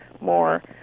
more